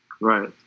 Right